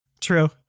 True